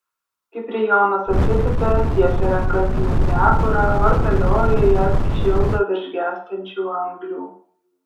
kiprijonas atsitupia tiesia rankas į ugniakurą vartalioja jas šildo virš gęstančių anglių